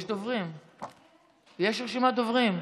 יש רשימת דוברים: